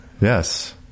yes